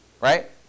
right